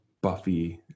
buffy